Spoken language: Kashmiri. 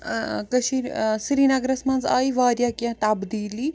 ٲں کشیٖرِ ٲں سریٖنگرَس منٛز آیہِ واریاہ کیٚنٛہہ تبدیٖلی